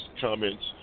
comments